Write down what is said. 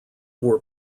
were